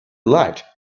light